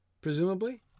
presumably